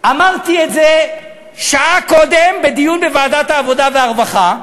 אמרתי את זה שעה קודם בדיון בוועדת העבודה והרווחה.